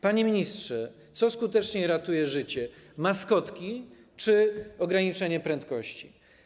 Panie ministrze, co skuteczniej ratuje życie: maskotki czy ograniczenie prędkości?